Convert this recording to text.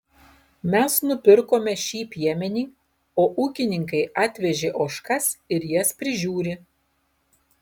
mes nupirkome šį piemenį o ūkininkai atvežė ožkas ir jas prižiūri